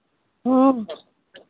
ह्म्म